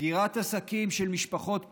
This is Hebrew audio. סגירת עסקים של משפחות פשע,